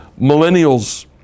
millennials